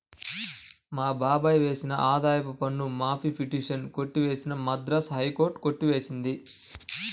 మా బాబాయ్ వేసిన ఆదాయపు పన్ను మాఫీ పిటిషన్ కొట్టివేసిన మద్రాస్ హైకోర్టు కొట్టి వేసింది